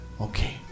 Okay